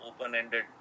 open-ended